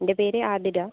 എൻ്റെ പേര് ആതിര